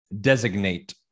designate